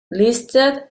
listed